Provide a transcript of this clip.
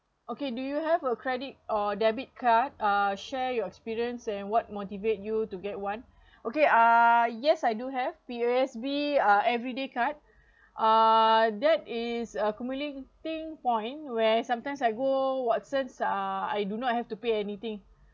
okay do you have a credit or debit card uh share your experience and what motivate you to get one okay uh yes I do have P_O_S_B uh everyday card uh that is accumulating point where sometimes I go watson uh I do not have to pay anything